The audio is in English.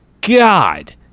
God